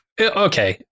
Okay